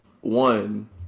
one